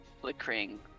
flickering